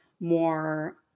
more